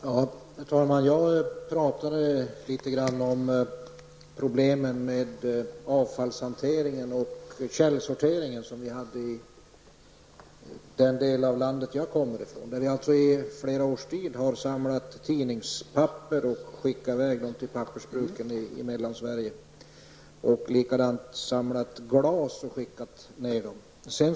Herr talman! Jag talade litet grand om problemen med avfallshantering och källsortering i den del av landet som jag kommer ifrån. Vi har i flera års tid samlat in tidningspapper och skickat i väg till pappersbruken i Mellansverige. På samma sätt har vi samlat in glas och skickat ner.